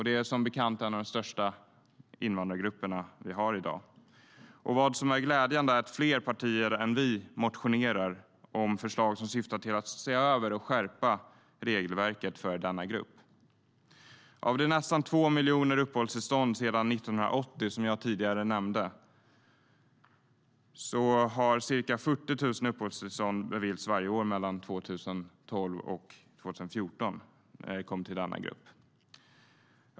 Det är som bekant en av de största invandrargrupperna vi har i dag. Vad som är glädjande är att fler partier än vi motionerar om förslag som syftar till att se över och skärpa regelverket för denna grupp. Av de nästan 2 miljoner uppehållstillstånd som utfärdats sedan 1980, som jag tidigare nämnde, har ca 40 000 uppehållstillstånd beviljats varje år 2012-2014 för denna grupp.